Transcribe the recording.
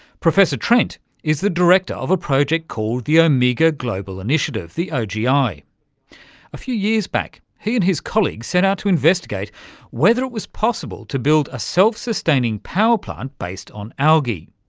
professor trent is the director of a project called the omega global initiative, the ogi. a few years back, he and his colleagues set out to investigate whether it was possible to build a self-sustaining power plant based on algae.